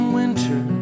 winter